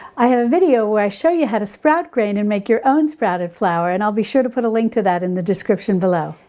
i have a video where i show you how to sprout grain and make your own sprouted flour and i'll be sure to put a link to that in the description below.